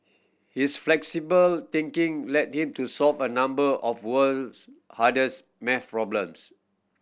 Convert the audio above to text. his flexible thinking led him to solve a number of world's hardest math problems